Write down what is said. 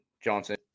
Johnson